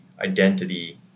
identity